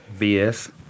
BS